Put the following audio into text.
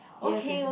yes is a